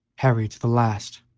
harry, to the last,